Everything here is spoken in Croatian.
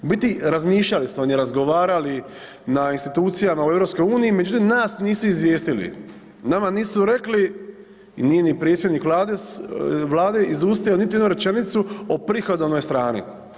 U biti razmišljali su, ondje razgovarali na institucijama u EU, međutim nas nisu izvijestili, nama nisu rekli i nije ni predsjednik vlade, vlade izustio niti jednu rečenicu o prihodovnoj strani.